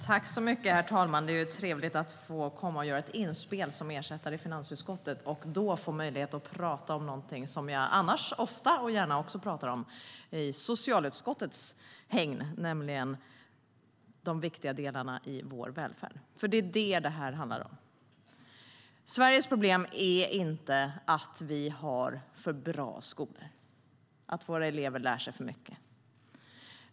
Herr talman! Det är trevligt att få komma och göra ett inspel som ersättare i finansutskottet och då få möjlighet att prata om någonting som jag annars ofta och gärna pratar om i socialutskottets hägn, nämligen de viktiga delarna i vår välfärd. Det är det som det här handlar om. Sveriges problem är inte att vi har för bra skolor och att våra elever lär sig för mycket.